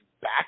back